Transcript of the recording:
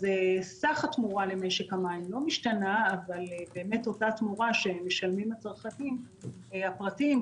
סך התמורה למשק המים לא משתנה אבל אותה תמורה שמשלמים הצרכנים הפרטיים,